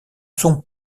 sont